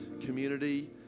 community